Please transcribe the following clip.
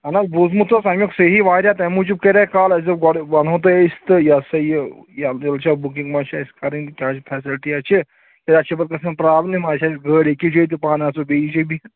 اہن حظ بوٗزمُت اوس اَمیُک صحیح واریاہ تَمہِ موٗجوٗب کَرِ کال اَسہِ دوٚپ گۄڈٕ وَنہو تۄہہِ أسۍ تہٕ یہِ ہسا یہِ یلہِ تہِ چھا بُکِنٛگ ما چھِ اَسہِ کَرٕنۍ کیٛاہ چھِ فیسَلٹیاہ چھِ ہَے اَسہِ چھِ پَتہٕ گژھان پرٛابلِم اَسہِ ٲسۍ گٲڑۍ أکِس جایہِ چھِ پانہٕ آسان بیٚیِس جایہِ بِہِتھ